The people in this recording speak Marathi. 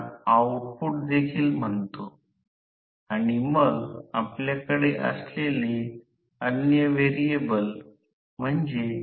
या प्रकरणात रोटर मध्ये आता फेज प्रवाह आहेत जे MMF F2 दिशेने फिरवत आहेत आणि स्टेटर क्षेत्रप्रमाणे वेगवान आहेत